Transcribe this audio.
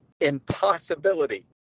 impossibility